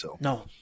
No